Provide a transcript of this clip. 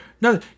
no